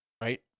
right